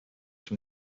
from